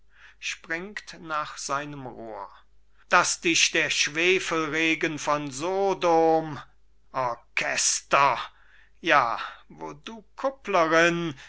daß dich der schwefelregen von sodom orchester ja wo du